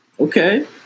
Okay